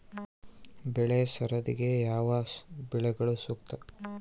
ಬೆಳೆ ಸರದಿಗೆ ಯಾವ ಬೆಳೆಗಳು ಸೂಕ್ತ?